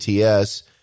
ATS